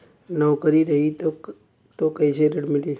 नौकरी रही त कैसे ऋण मिली?